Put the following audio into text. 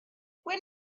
when